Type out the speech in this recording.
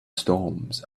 storms